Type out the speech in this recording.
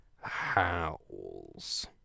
howls